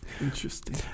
Interesting